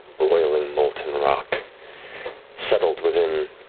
broiling molten rock settled within